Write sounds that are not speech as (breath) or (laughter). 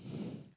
(breath)